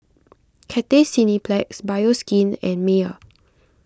Cathay Cineplex Bioskin and Mayer